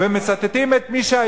נא לסיים.